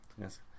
yes